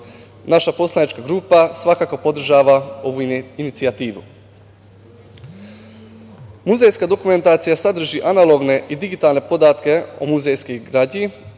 Naša poslanička grupa, svakako, podržava ovu inicijativu. Muzejska dokumentacija sadrži analogne i digitalne podatke o muzejskoj građi